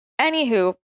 Anywho